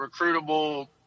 recruitable